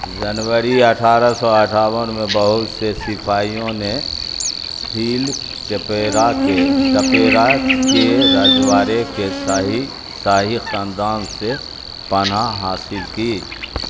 جنوری اٹھارہ سو اٹھاون میں بہت سے سپاہیوں نے ہیل ٹپیرا کے ٹپیرا کے رجواڑے کے شاہی شاہی خاندان سے پناہ حاصل کی